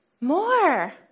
more